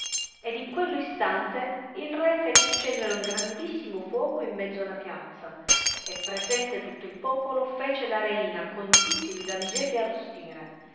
ed in quello instante il re fece accendere un grandissimo fuoco in mezzo della piazza e presente tutto il popolo fece la reina con tutti li damigelli arrostire